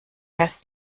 erst